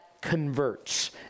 converts